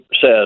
says